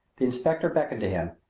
the inspector beckoned to him,